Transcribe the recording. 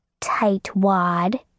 Tightwad